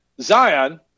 Zion